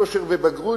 יושר ובגרות,